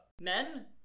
men